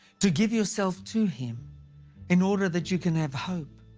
to give yourself to him in order that you can have hope,